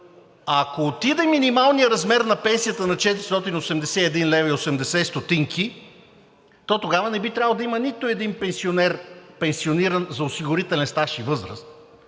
Ако отиде минималният размер на пенсията на 481,80 лв., то тогава не би трябвало да има нито един пенсионер пенсиониран за осигурителен стаж и възраст,